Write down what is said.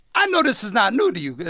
i know this is not new to you.